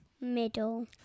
Middle